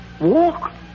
Walk